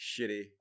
shitty